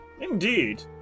Indeed